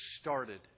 started